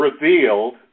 revealed